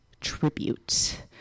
tribute